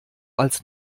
als